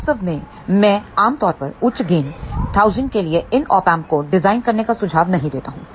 वास्तव में मैं आम तौर परउच्च गेन 1000के लिए इन Op Amps को डिजाइन करने का सुझाव नहीं देता हूं